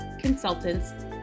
consultants